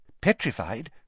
Petrified